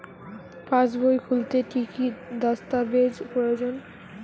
পাসবই খুলতে কি কি দস্তাবেজ প্রয়োজন?